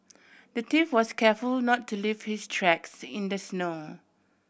the thief was careful not to leave his tracks in the snow